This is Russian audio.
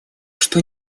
что